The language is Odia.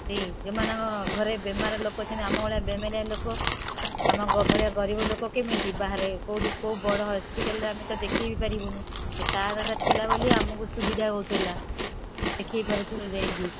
ସେଇ ଯଉ ମାନଙ୍କ ଘରେ ବେମାର ଲୋକ ଅଛନ୍ତି ଆମ ଭଳିଆ ବେମାରିଆ ଲୋକ ଆମ ଭଳିଆ ଗରିବ ଲୋକ କେମିତି ବାହାରେ କେଉଁଠି କେଉଁ ବଡ଼ ହସ୍ପିଟାଲ୍ରେ ଆମେ ତ ଦେଖାଇ ବି ପାରିବୁନି ସେ କାର୍ଡ଼୍ଟା ଥିଲା ବୋଲି ଆମକୁ ସୁବିଧା ହଉଥିଲା ଦେଖାଇ ପାରୁଥିଲୁ ଯାଇକି